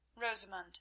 Rosamund